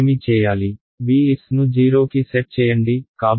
VS ను 0 కి set చేయండి కాబట్టి మనకు